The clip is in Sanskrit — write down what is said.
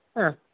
हा